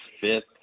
fifth